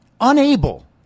unable